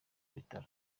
bitaro